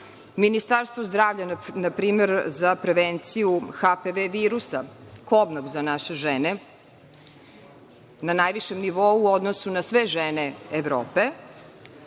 Ministarstvo zdravlja npr. za prevenciju HPV virusa, kobnog za naše žene, na najvišem nivou u odnosu na sve žene Evrope. Dalje